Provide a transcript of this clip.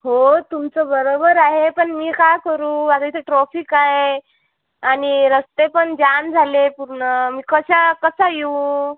हो तुमचं बरोबर आहे पण मी काय करू माझं इथे ट्रॉफीक आहे आणि रस्ते पण जाम झालेत पूर्ण मी कसा कसा येऊ